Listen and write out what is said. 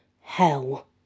hell